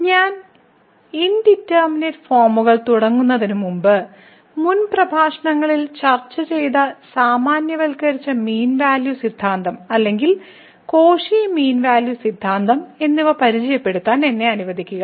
ഞാൻ ഇൻഡിറ്റർമിനേറ്റ് ഫോമുകൾ തുടങ്ങുന്നതിനുമുമ്പ് മുൻ പ്രഭാഷണത്തിൽ ചർച്ച ചെയ്ത സാമാന്യവൽക്കരിച്ച മീൻ വാല്യൂ സിദ്ധാന്തം അല്ലെങ്കിൽ കോഷി മീൻ വാല്യൂ സിദ്ധാന്തം എന്നിവ പരിചയപ്പെടുത്താൻ എന്നെ അനുവദിക്കുക